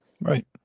Right